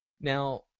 Now